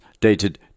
dated